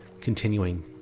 Continuing